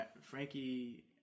Frankie